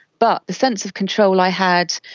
but the sense of control i had,